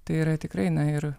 tai yra tikrai na ir